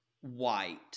white